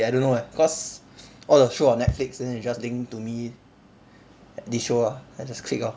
eh I don't know eh cause all the show on netflix then they just link to me this show ah then I just click lor